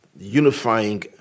unifying